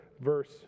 verse